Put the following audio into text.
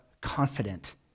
confident